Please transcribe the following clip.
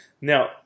Now